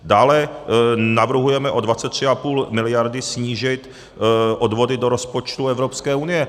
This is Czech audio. Dále navrhujeme o 23,5 mld. snížit odvody do rozpočtu Evropské unie.